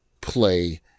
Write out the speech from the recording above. play